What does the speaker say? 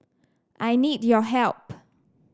I need your help